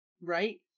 right